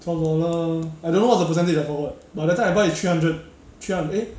twelve dollar I don't know what's the percentage I forgot but that time I buy is three hundred three hund~ eh